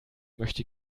möchte